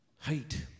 Hate